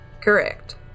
Correct